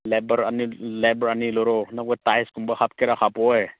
labour ꯑꯅꯤ labour ꯑꯅꯤ ꯂꯧꯔꯣ ꯅꯈꯣꯏ ꯇꯥꯏꯜꯁꯀꯨꯝꯕ ꯍꯥꯞꯀꯦ ꯍꯥꯞꯄꯣꯏ